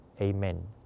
Amen